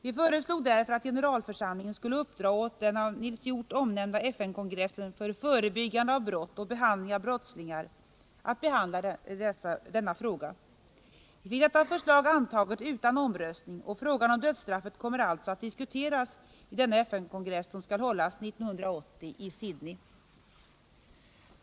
Vi föreslog därför att generalförsamlingen skulle uppdra åt den av Nils Hjorth omnämnda FN-kongressen för förebyggande av brott och behandling av brottslingar att behandla denna fråga. Vi fick detta förslag antaget utan omröstning, och frågan om dödsstraffet kommer alltså att diskuteras vid denna FN-kongress, som skall hållas 1980 i Sydney.